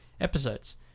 episodes